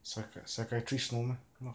psychia~ psychiatrist no meh